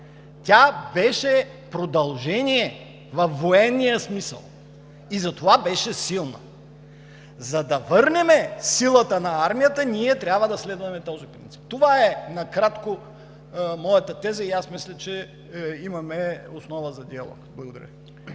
Тя беше продължение във военния смисъл и затова беше силна. За да върнем силата на армията, ние трябва да следваме този принцип. Това е накратко моята теза и аз мисля, че имаме основа за диалог. Благодаря.